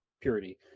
purity